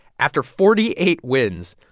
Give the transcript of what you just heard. after forty eight wins,